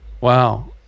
Wow